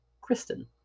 Kristen